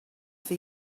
for